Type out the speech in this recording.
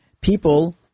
People